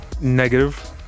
Negative